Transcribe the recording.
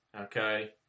Okay